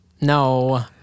No